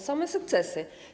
Same sukcesy.